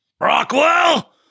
Rockwell